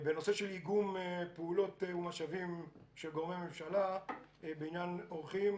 בנושא של איגום פעולות ומשאבים של גורמי ממשלה בעניין אורחים,